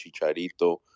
Chicharito